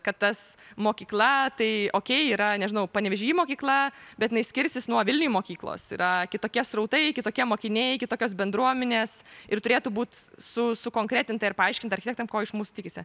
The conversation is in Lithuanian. kad tas mokykla tai ok yra nežinau panevėžy mokykla bet jinai skirsis nuo vilniuj mokyklos yra kitokie srautai kitokie mokiniai kitokios bendruomenės ir turėtų būt su sukonkretinta ir paaiškinta architektam ko iš mūsų tikisi